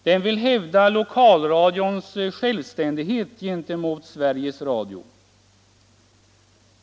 Den vill hävda lokalradions självständighet gentemot Sveriges Radio.